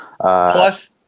Plus